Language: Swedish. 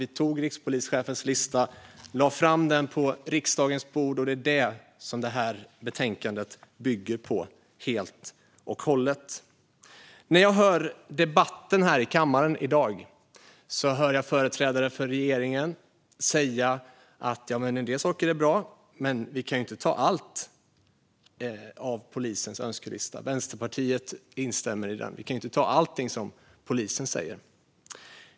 Vi tog rikspolischefens lista och lade fram den på riksdagens bord, och det är det som det här betänkandet bygger på helt och hållet. I dagens debatt här i kammaren hör jag företrädare för regeringen säga: En del saker är bra, men vi kan ju inte ta allt på polisens önskelista. Vänsterpartiet instämmer i det: Vi kan ju inte ta allting som polisen säger.